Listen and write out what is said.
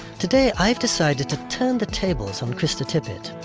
today i've decided to to turn the tables on krista tippett.